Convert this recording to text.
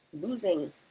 losing